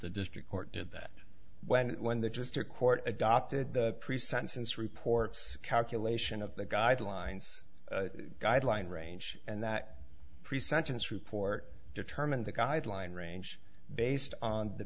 the district court did that when when the just a court adopted the pre sentence reports calculation of the guidelines guideline range and that pre sentence report determined the guideline range based on the